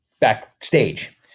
backstage